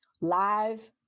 live